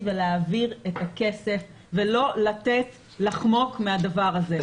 ולהעביר את הכסף ולא לתת לחמוק מהדבר הזה.